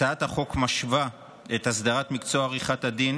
הצעת החוק משווה את אסדרת מקצוע עריכת הדין